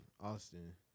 Austin